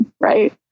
right